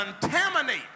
contaminate